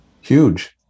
Huge